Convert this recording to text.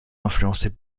influencés